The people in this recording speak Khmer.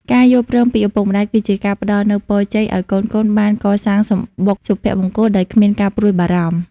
ការយល់ព្រមពីឪពុកម្ដាយគឺជាការផ្ដល់នូវពរជ័យឱ្យកូនៗបានកសាងសំបុកសុភមង្គលដោយគ្មានការព្រួយបារម្ភ។